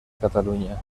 catalunya